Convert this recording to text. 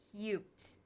cute